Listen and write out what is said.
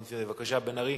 בבקשה, בן-ארי,